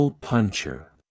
puncher